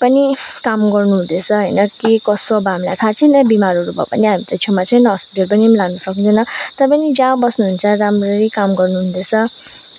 पनि काम गर्नुहुँदैछ होइन के कसो अब हामीलाई थाहा छैन बिमारहरू भयो भने पनि हामी त छेउमा छैन हस्पिटल पनि लानु सक्दैन तैपनि जहाँ बस्नुहुन्छ राम्ररी काम गर्नुहुँदैछ